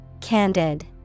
Candid